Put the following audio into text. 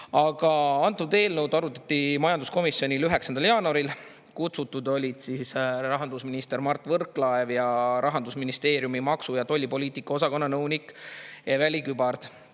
huvilised. Eelnõu arutati majanduskomisjonis 9. jaanuaril. Kutsutud olid rahandusminister Mart Võrklaev ja Rahandusministeeriumi maksu- ja tollipoliitika osakonna nõunik Eve-Ly Kübard.